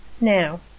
Now